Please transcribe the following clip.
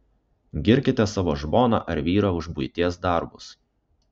girkite savo žmoną ar vyrą už buities darbus